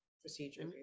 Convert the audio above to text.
procedure